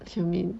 you mean